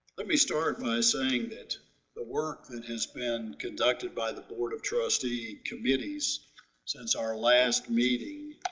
let me start by saying that the work that has been conducted by the board of trustee committees since our last meeting